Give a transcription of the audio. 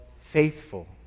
Faithful